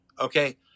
Okay